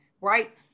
right